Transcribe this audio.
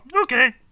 okay